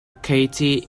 katy